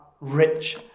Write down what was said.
rich